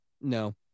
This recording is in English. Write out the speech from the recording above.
No